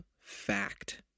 fact